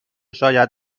شاید